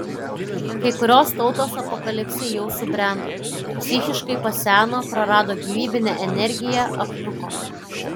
kai kurios tautos apokalipsei jau subrendo psichiškai paseno prarado gyvybinę energiją aptuko